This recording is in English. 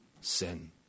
sin